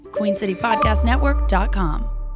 QueenCityPodcastNetwork.com